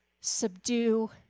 Subdue